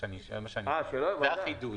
זה החידוד.